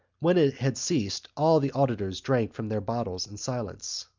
when it had ceased all the auditors drank from their bottles in silence.